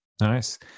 Nice